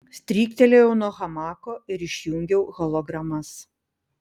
stryktelėjau nuo hamako ir išjungiau hologramas